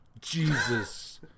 Jesus